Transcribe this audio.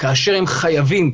כאשר הם חייבים,